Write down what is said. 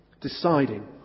Deciding